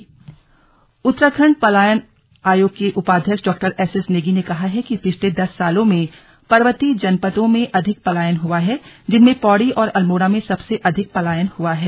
slug पलायन आयोग उत्तराखण्ड पलायन आयोग के उपाध्यक्ष डॉ एस एस नेगी ने कहा है कि पिछले दस सालों में पर्वतीय जनपदों में अधिक पलायन हुआ है जिनमें पौड़ी और अल्मोड़ा में सबसे अधिक पलायन हुआ है